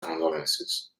condolences